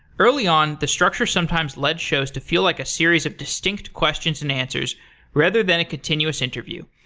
early on, the structure sometimes led shows to feel like a series of distinct questions and answers rather than a continuous interview.